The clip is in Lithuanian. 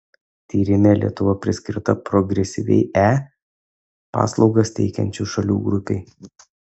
tyrime lietuva priskirta progresyviai e paslaugas teikiančių šalių grupei